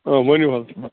ؤنِو حظ